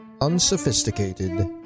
unsophisticated